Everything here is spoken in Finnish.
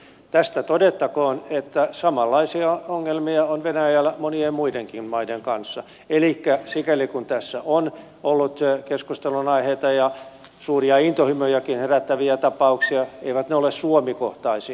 tästä todettakoon että samanlaisia ongelmia on venäjällä monien muidenkin maiden kanssa elikkä sikäli kuin tässä on ollut keskustelunaiheita ja suuria intohimojakin herättäviä tapauksia eivät ne ole suomi kohtaisia